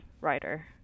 writer